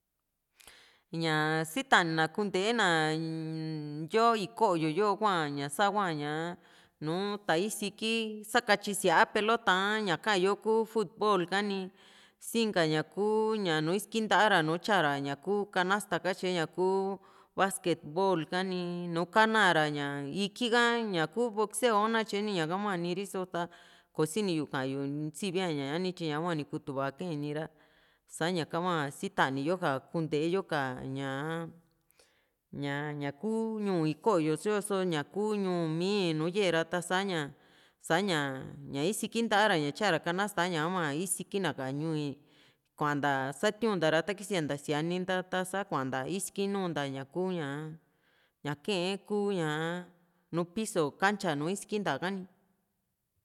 ñaa sitani na kuntena nyo iko´yo yo kuaña tahua ña ta isiki sakatyi síaa pelota a ña ka´yo kuu futbol ha ni si inka ña kuu ña nu isiki nta´a ra nùù tyaa ra ña kuu kanasta katyee ña ku basquetbol ha´ni nu kanara ña iki ka ñaku boxeo nakatye ni ñaka hua ni riso ta kosini yu ka´an yu sivi a ña´ni tyi ni kutuva kai nira saña ka hua siatani yo ka kunteyo ka ña ña ña kuu ñuu iko´yo tyo so ñaku ñuu mii nuyai ra ta sa´ña ña isiki nta´a ra tyara kanasta ha hua isiki na ´ka ñuu´i kuanta satiunta ra ta kisianta saini nta ta sa kuanta iski nuunta ña ku ña ña kae kuu ña nùù piso kancha nu isiki ta´ha ni